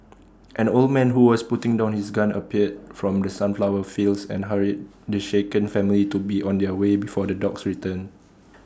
an old man who was putting down his gun appeared from the sunflower fields and hurried the shaken family to be on their way before the dogs return